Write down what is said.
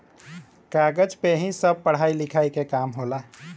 कागज पे ही सब पढ़ाई लिखाई के काम होला